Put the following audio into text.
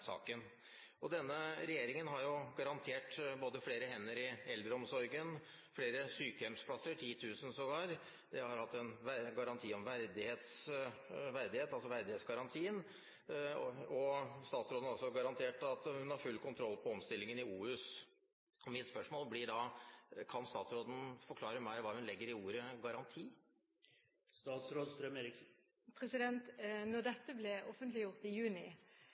saken. Denne regjeringen har jo garantert både flere hender i eldreomsorgen og flere sykehjemsplasser – 10 000 sågar – og den har hatt en verdighetsgaranti, og statsråden har også garantert at hun har full kontroll på omstillingen i Oslo universitetssykehus. Mitt spørsmål blir da: Kan statsråden forklare meg hva hun legger i ordet «garanti»? Da dette ble offentliggjort i juni,